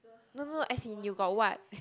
no no no as in you got what